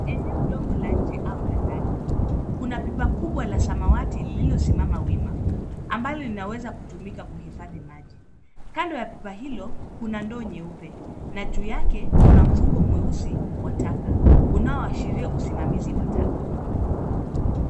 Eneo dogo la nje au la ndani. Kuna pipa kubwa la samawati lililosimama wima, ambalo linaweza kutumika kuhifadhi maji. Kando ya pipa hilo, kuna ndoo nyeupe. Na juu yake, kuna mfuko mweusi wa taka, unaoashiria usimamizi wa taka.